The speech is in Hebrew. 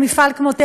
אם מפעל כמו "טבע"